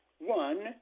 one